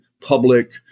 public